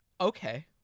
Okay